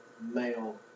male